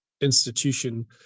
institution